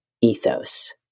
ethos